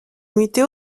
muté